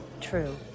true